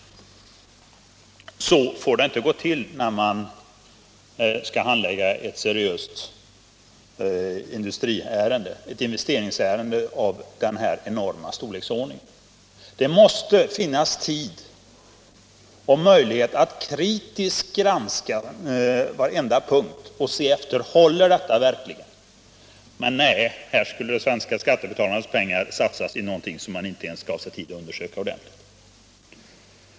Så får det inte gå till när man skall handlägga ett investeringsärende av den här enorma storleksordningen. Det måste finnas tid och möjlighet att kritiskt granska varenda punkt och se efter om det verkligen håller. Här skulle de svenska skattebetalarnas pengar satsas på någonting som man inte ens gav sig tid att undersöka ordentligt.